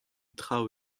traoù